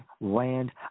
land